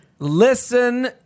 Listen